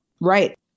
Right